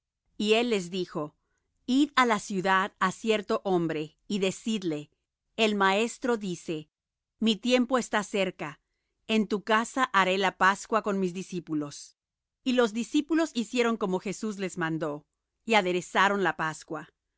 y él dijo id á la ciudad á cierto hombre y decidle el maestro dice mi tiempo está cerca en tu casa haré la pascua con mis discípulos y los discípulos hicieron como jesús les mandó y aderezaron la pascua y